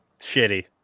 shitty